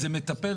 זה מטפל,